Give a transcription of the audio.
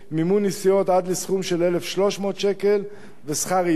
מימון נסיעות עד לסכום של 1,300 שקלים ושכר עידוד.